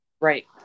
Right